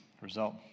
result